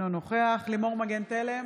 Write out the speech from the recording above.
אינו נוכח לימור מגן תלם,